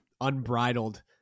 unbridled